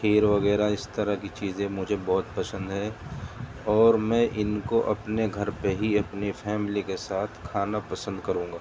کھیر وغیرہ اس طرح کی چیزیں مجھے بہت پسند ہیں اور میں ان کو اپنے گھر پہ ہی اپنی فیملی کے ساتھ کھانا پسند کروں گا